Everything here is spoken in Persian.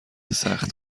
سخت